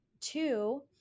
Two